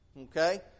Okay